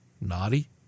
naughty